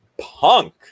Punk